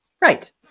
Right